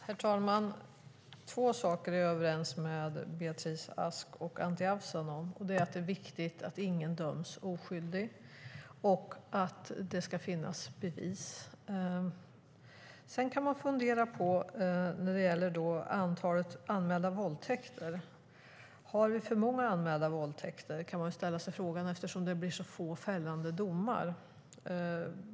Herr talman! Två saker är jag överens med Beatrice Ask och Anti Avsan om. Det är att det är viktigt att ingen döms oskyldig och att det ska finnas bevis. Sedan kan man fundera när det gäller antalet anmälda våldtäkter: Är det för många anmälda våldtäkter eftersom det blir så få fällande domar?